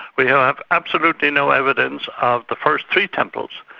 we have absolutely no evidence of the first three temples,